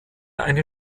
eine